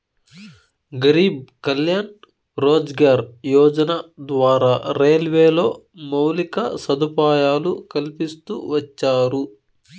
గరీబ్ కళ్యాణ్ రోజ్గార్ యోజన ద్వారా రైల్వేలో మౌలిక సదుపాయాలు కల్పిస్తూ వచ్చారు